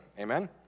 Amen